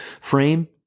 frame